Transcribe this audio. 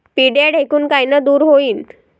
पिढ्या ढेकूण कायनं दूर होईन?